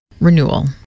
renewal